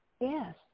Yes